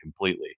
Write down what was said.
completely